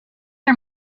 are